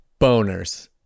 Boners